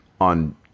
on